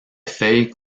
feuilles